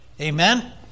Amen